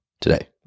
today